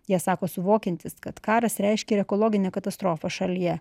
jie sako suvokiantys kad karas reiškia ir ekologinę katastrofą šalyje